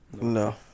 No